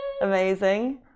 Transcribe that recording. Amazing